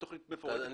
בתכנית מפורטת.